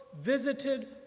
visited